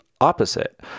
opposite